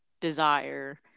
desire